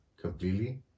completely